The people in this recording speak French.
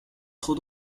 trop